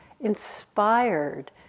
inspired